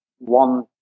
one